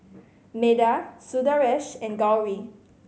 Medha Sundaresh and Gauri